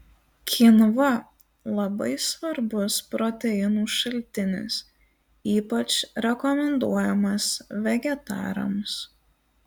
kynva labai svarbus proteinų šaltinis ypač rekomenduojamas vegetarams